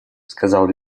сказал